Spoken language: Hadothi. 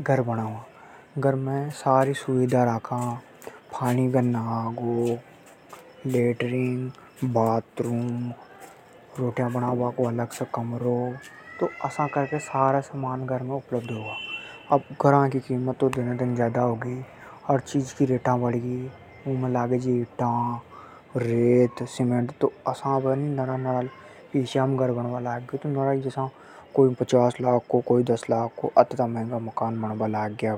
घर बणावा। घर पे सारी सुविधा राखा। घरा की कीमत तो दने दन ज्यादा हो री। तो अब घर महंगा बणबा लाग ग्या।